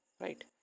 right